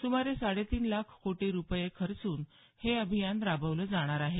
सुमारे साडे तीन लाख कोटी रुपये खर्चून हे अभियान राबवलं जाणार आहे